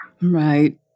Right